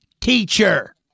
teacher